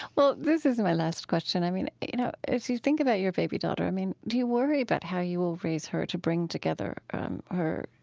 well, this is my last question. i mean, you know as you think about your baby daughter, i mean, do you worry about how you will raise her to bring together her